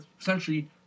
essentially